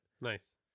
Nice